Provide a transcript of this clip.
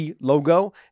logo